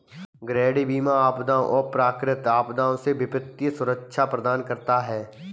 गृह बीमा आपदाओं और प्राकृतिक आपदाओं से वित्तीय सुरक्षा प्रदान करता है